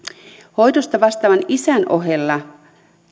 hoidosta vastaavan isän ohella